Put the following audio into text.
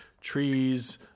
trees